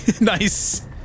nice